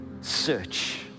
Search